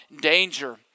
danger